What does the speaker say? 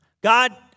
God